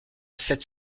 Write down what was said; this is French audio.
sept